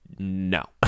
no